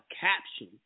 caption